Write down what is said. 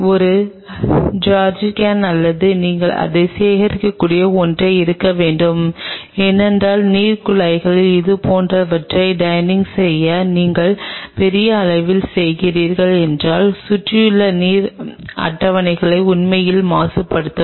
ஒரு ஜெர்ரிகான் அல்லது நீங்கள் அதை சேகரிக்கக்கூடிய ஒன்று இருக்க வேண்டும் ஏனென்றால் நீர் குழாயில் இதுபோன்றவற்றை ட்ரைனிங் நீங்கள் பெரிய அளவில் செய்கிறீர்கள் என்றால் சுற்றியுள்ள நீர் அட்டவணையை உண்மையில் மாசுபடுத்தும்